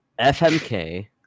FMK